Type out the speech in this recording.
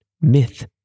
myth